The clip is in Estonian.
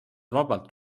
vabalt